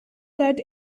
that